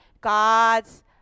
God's